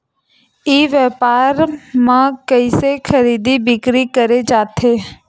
ई व्यापार म कइसे खरीदी बिक्री करे जाथे?